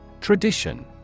Tradition